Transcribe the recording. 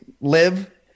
live